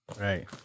Right